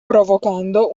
provocando